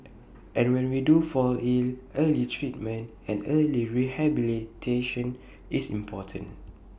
and when we do fall ill early treatment and early rehabilitation is important